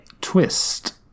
twist